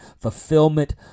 fulfillment